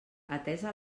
atesa